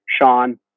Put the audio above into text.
Sean